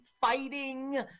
fighting